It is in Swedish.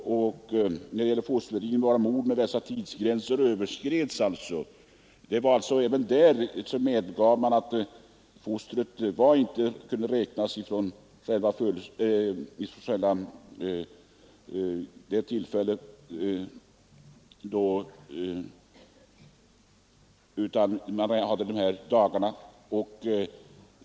Fosterfördrivning betraktades som mord när dessa tidsgränser överskreds. Även där medgav man alltså att fostren inte kunde räknas som självständiga människor från själva befruktningsögonblicket.